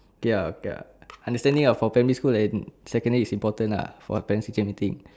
okay uh okay uh understanding ah for primary school and secondary is important lah for parents teacher meeting